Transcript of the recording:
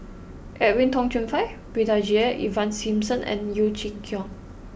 Edwin Tong Chun Fai Brigadier Ivan Simson and Yeo Chee Kiong